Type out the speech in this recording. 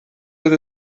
oedd